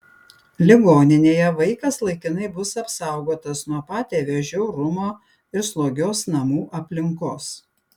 ligoninėje vaikas laikinai bus apsaugotas nuo patėvio žiaurumo ir slogios namų aplinkos